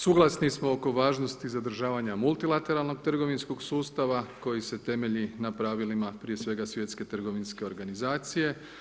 Suglasni smo oko važnosti zadržavanja multilateralnog trgovinskog sustava koji se temelji na pravilima, prije svega Svjetske trgovinske organizacije.